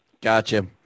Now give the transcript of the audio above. Gotcha